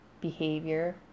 behavior